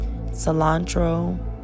cilantro